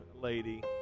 lady